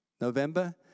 November